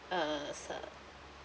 uh some